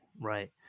Right